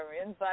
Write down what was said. inside